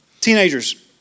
Teenagers